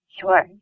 Sure